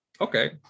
okay